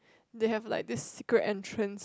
they have like this secret entrance